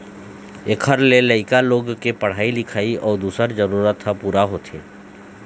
एखर ले लइका लोग के पढ़ाई लिखाई अउ दूसर जरूरत ह पूरा होथे